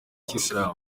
kisilamu